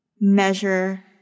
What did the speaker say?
measure